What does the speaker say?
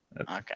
Okay